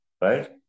Right